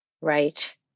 Right